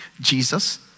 Jesus